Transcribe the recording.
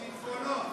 שיטפונות.